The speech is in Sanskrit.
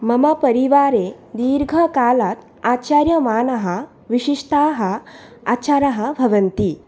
मम परिवारे दीर्घकालात् आचर्यमाणाः विशिष्टाः आचाराः भवन्ति